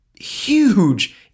huge